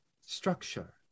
structure